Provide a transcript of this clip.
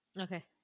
Okay